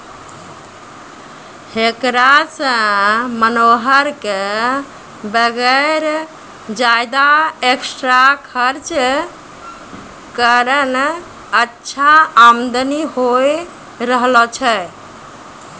हेकरा सॅ मनोहर कॅ वगैर ज्यादा एक्स्ट्रा खर्च करनॅ अच्छा आमदनी होय रहलो छै